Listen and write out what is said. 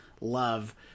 love